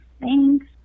Thanks